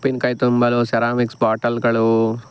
ಉಪ್ಪಿನಕಾಯಿ ತುಂಬಲು ಸೆರಾಮಿಕ್ಸ್ ಬಾಟಲ್ಗಳು